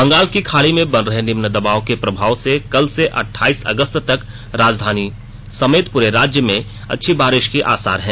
बंगाल की खाड़ी में बन रहे निम्न दबाव के प्रभाव से कल से अठाईस अगस्त तक राजधानी समेत पूरे राज्य में अच्छी बारिश के आसार हैं